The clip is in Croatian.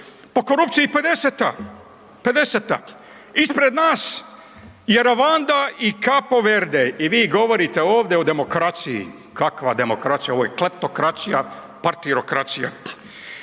Po korupciji 50., ispred nas je Ruanda i Cabo Verde i vi govorite ovdje o demokraciji. Kakva demokracija? Ovo je kleptokracija, partitokracija.